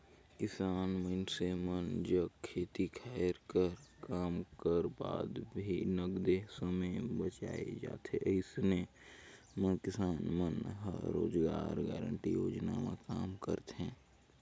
किसान मइनसे मन जग खेती खायर कर काम कर बाद भी नगदे समे बाएच जाथे अइसन म किसान मन ह रोजगार गांरटी योजना म काम करथे